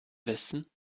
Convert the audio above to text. wissen